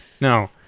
No